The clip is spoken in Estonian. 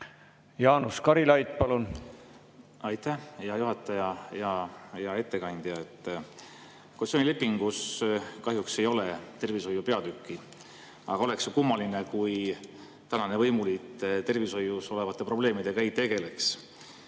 Jaanus Karilaid, palun! Aitäh, hea juhataja! Hea ettekandja! Koalitsioonilepingus kahjuks ei ole tervishoiu peatükki. Aga oleks kummaline, kui tänane võimuliit tervishoius olevate probleemidega ei tegeleks.